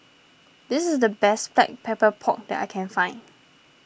this is the best Black Pepper Pork that I can find